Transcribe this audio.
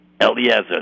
Eliezer